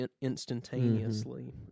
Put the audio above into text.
instantaneously